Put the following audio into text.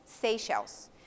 Seychelles